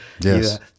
yes